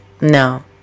No